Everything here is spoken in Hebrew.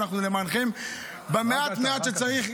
אנחנו למענכם במעט מעט שצריך,